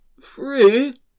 Free